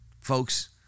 folks